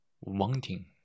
wanting